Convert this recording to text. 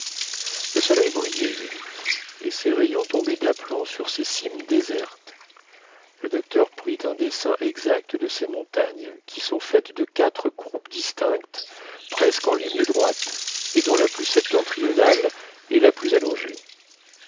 le soleil brillait au zénith et ses rayons tombaient d'aplomb sur ces cimes désertes le docteur prit un dessin exact de ces montagnes qui sont faites de quatre croupes distinctes presque en ligne droite et dont la plus septentrionale est la plus allongée